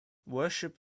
worship